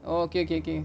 okay okay okay